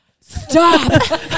stop